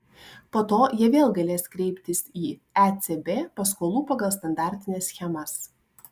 po to jie vėl galės kreiptis į ecb paskolų pagal standartines schemas